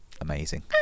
amazing